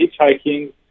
hitchhiking